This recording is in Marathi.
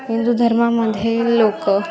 हिंदू धर्मामध्ये लोक